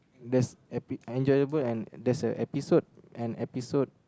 there's epi~ enjoyable and there's a episode an episode